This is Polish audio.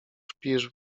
śpisz